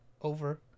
over